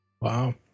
Wow